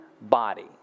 body